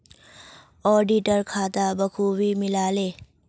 auditor खाता बखूबी मिला ले